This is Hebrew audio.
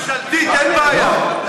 ממשלתית, אין בעיה.